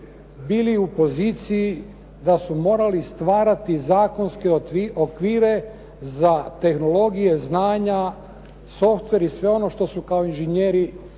bili u poziciji da su morali stvarati zakonske okvire za tehnologije znanja, softveri, sve ono što su kao inžinjeri